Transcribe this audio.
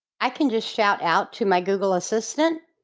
i can just shout out to my google assistant,